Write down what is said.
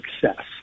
success